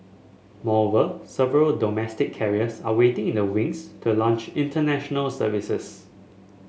moreover several domestic carriers are waiting in the wings to launch International Services